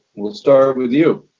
we'll start with you.